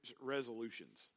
resolutions